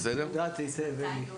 טל,